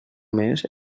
més